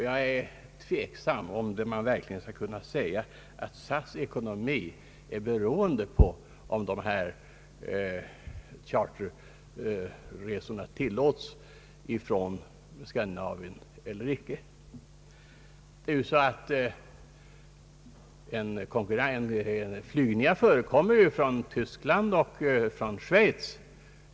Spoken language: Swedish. Jag undrar f. ö. om man verkligen kan säga att SAS:s ekonomi är beroende av om dessa charterresor ifrån Skandinavien tilllåtes eller inte. Sådana flygningar förekommer nu från Tyskland och Schweiz.